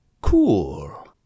cool